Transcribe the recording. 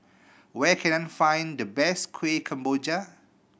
where can I find the best Kueh Kemboja